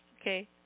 Okay